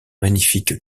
magnifique